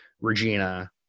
Regina